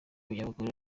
nyamukuru